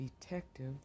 Detective